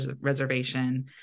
reservation